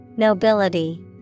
Nobility